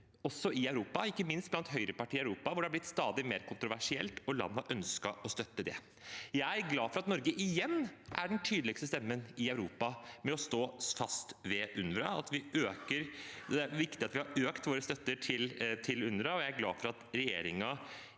også i Europa, ikke minst blant europeiske høyrepartier, hvor det er blitt stadig mer kontroversielt at land har ønsket å støtte dem. Jeg er glad for at Norge igjen er den tydeligste stemmen i Europa ved å stå fast ved UNRWA. Det er viktig at vi har økt vår støtte til UNRWA, og jeg er helt sikker på at regjeringen